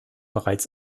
bereits